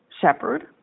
shepherd